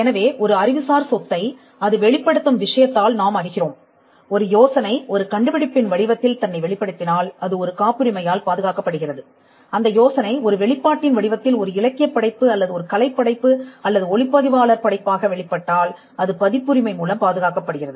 எனவே ஒரு அறிவுசார் சொத்தை அது வெளிப்படுத்தும் விஷயத்தால் நாம் அறிகிறோம் ஒரு யோசனை ஒரு கண்டுபிடிப்பின் வடிவத்தில் தன்னை வெளிப்படுத்தினால் அது ஒரு காப்புரிமையால் பாதுகாக்கப்படுகிறது அந்த யோசனை ஒரு வெளிப்பாட்டின் வடிவத்தில் ஒரு இலக்கியப் படைப்பு அல்லது ஒரு கலைப்படைப்பு அல்லது ஒளிப்பதிவாளர் படைப்பாக வெளிப்பட்டால் அது பதிப்புரிமை மூலம் பாதுகாக்கப்படுகிறது